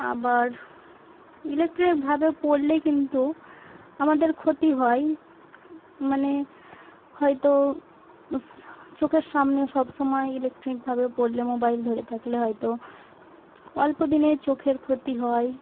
আবার ইলেকট্রিকভাবে পড়লে কিন্তু আমাদের ক্ষতি হয় মানে হয়তো স চোখের সামনে সব সময় ইলেকট্রিকভাবে পড়লে মোবাইল ধরে থাকলে হয়তো অল্প দিনের চোখের ক্ষতি হয়